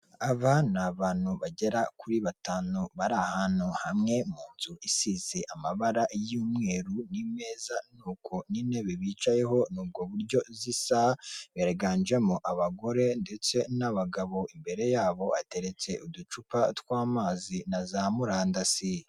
Abana ni abantu bagera kuri batanu, bari ahantu hamwe mu nzu isize amabara y'umweru n'imeza, nkuko n'intebe bicayeho ubwo buryo zisa, biganjemo abagore ndetse n'abagabo, imbere yabo ateretse uducupa tw'amazi na za murandasi.